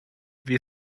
wir